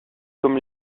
comme